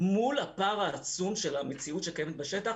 מול הפער העצום של המציאות שקיימת בשטח